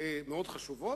מאוד חשובות.